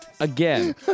Again